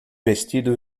vestido